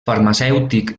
farmacèutic